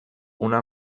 una